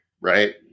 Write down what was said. right